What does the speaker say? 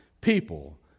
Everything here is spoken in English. people